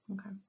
Okay